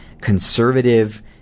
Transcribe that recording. conservative